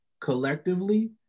collectively